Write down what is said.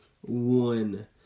one